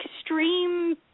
Extreme